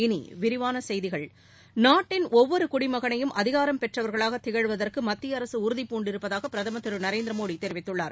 இனி விரிவான செய்திகள் நாட்டின் ஒவ்வொரு குடிமகனையும் அதிகாரம் பெற்றவர்களாகத் திகழுவதற்கு மத்தியஅரசு உறுதிபூண்டிருப்பதாக பிரதமர் திருநரேந்திர மோடி தெரிவித்துள்ளார்